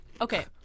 Okay